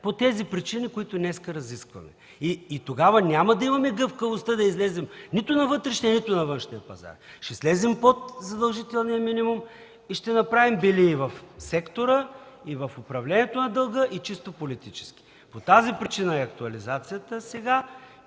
по тези причини, които днес разискваме. И тогава няма да имаме гъвкавостта да излезем нито на вътрешния, нито на външния пазар. Ще слезем под задължителния минимум и ще направим бели и в сектора, и в управлението на дълга, и чисто политически. По тази причина е актуализацията сега.